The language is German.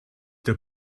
der